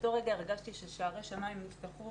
באותו רגע הרגשתי ששערי שמים נפתחו,